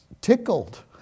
tickled